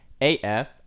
AF